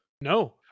No